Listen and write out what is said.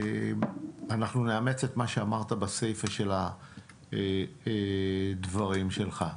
אנחנו נאמץ את מה שאמרת בסיפה של הדברים שלך.